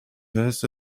has